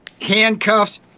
handcuffs